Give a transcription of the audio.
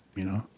you know,